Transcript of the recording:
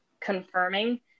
confirming